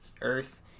Earth